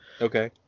okay